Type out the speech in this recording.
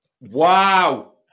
Wow